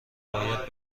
باید